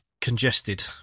congested